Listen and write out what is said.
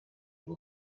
will